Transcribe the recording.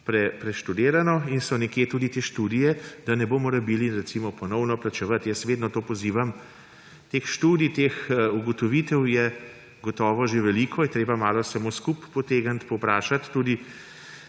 preštudirano in so nekje tudi te študije, da ne bomo rabili recimo ponovno plačevati. Jaz vedno k temu pozivam. Teh študij, teh ugotovitev je gotovo že veliko, je treba malo samo skupaj potegniti, povprašati ne